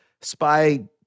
spy